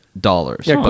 dollars